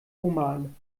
oman